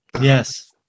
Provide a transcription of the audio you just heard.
Yes